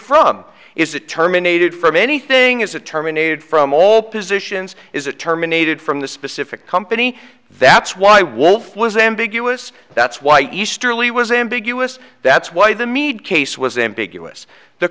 from is it terminated from anything is it terminated from all positions is it terminated from the specific company that's why wolf was ambiguous that's why easterly was ambiguous that's why the mead case was ambiguous the